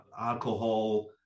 alcohol